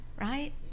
right